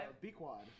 B-Quad